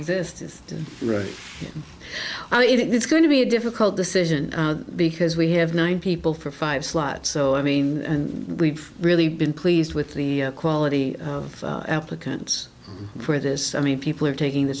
now it is going to be a difficult decision because we have nine people for five slots so i mean and we've really been pleased with the quality of applicants for this i mean people are taking th